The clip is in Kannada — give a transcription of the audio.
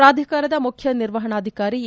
ಪ್ರಾಧಿಕಾರದ ಮುಖ್ಯ ನಿರ್ವಹಣಾಧಿಕಾರಿ ಎ